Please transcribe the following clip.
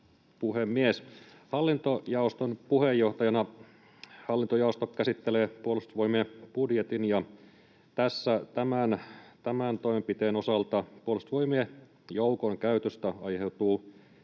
Hallintojaoston puheenjohtajana: Hallintojaosto käsittelee Puolustusvoimien budjetin. Tämän toimenpiteen osalta Puolustusvoimien joukon käytöstä aiheutuu